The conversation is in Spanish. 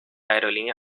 aerolínea